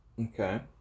Okay